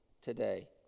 today